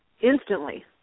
instantly